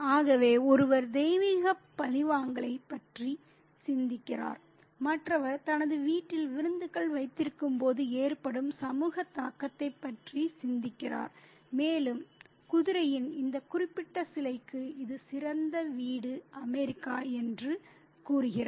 ஆகவே ஒருவர் தெய்வீக பழிவாங்கலைப் பற்றி சிந்திக்கிறார் மற்றவர் தனது வீட்டில் விருந்துகள் வைத்திருக்கும்போது ஏற்படும் சமூக தாக்கத்தைப் பற்றி சிந்திக்கிறார் மேலும் குதிரையின் இந்த குறிப்பிட்ட சிலைக்கு இது சிறந்த வீடு அமெரிக்கா என்று கூறுகிறார்